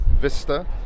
vista